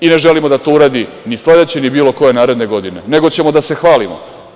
Ne želimo da to uradi ni sledeće, ni bilo koje naredne godine, nego ćemo da se hvalimo.